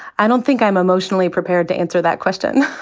i don't think i'm emotionally prepared to answer that question.